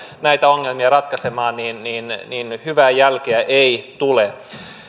näitä ongelmia ratkaisemaan niin niin hyvää jälkeä ei tule